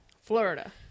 Florida